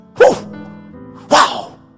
wow